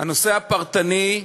הנושא הפרטני,